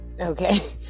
okay